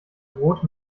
rot